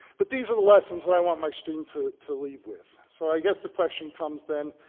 but these are the lessons that i want my students to to leave with. so i guess the question comes then,